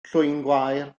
llwyngwair